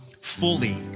fully